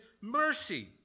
mercy